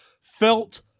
felt